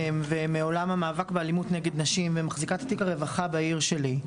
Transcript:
ומעולם המאבק באלימות נגד נשים ומחזיקת תיק הרווחה בעיר שלי,